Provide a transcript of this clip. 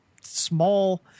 small